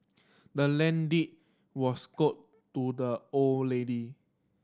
the land deed was to the old lady